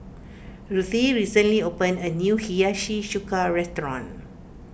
Ruthie recently opened a new Hiyashi Chuka restaurant